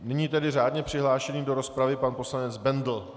Nyní tedy řádně přihlášený do rozpravy pan poslanec Bendl.